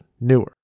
newer